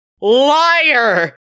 Liar